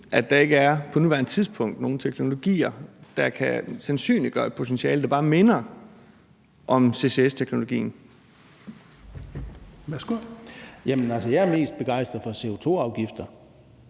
at der ikke på nuværende tidspunkt er nogen teknologier, der kan sandsynliggøre et potentiale, der bare minder om CCS-teknologien? Kl. 16:36 Fjerde næstformand